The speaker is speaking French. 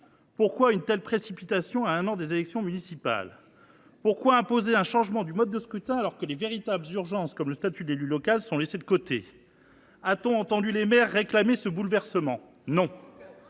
Pourquoi une telle précipitation à un an des élections municipales ? Pourquoi imposer un changement du mode de scrutin alors que les véritables urgences, comme la création d’un statut de l’élu local, sont laissées de côté ? A t on entendu les maires réclamer ce bouleversement ? Non